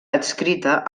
adscrita